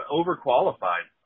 overqualified